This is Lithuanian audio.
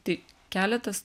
tai keletas